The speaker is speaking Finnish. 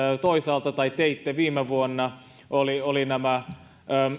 toisaalta tai teitte viime vuonna olivat nämä